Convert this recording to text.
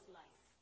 life